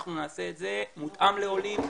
אנחנו נעשה את זה מותאם לעולים,